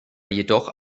jedoch